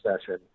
session